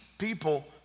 people